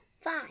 Five